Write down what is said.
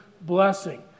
blessing